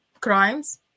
crimes